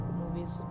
movies